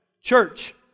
Church